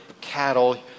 cattle